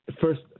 first